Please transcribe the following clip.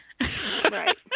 Right